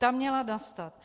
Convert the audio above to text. Ta měla nastat.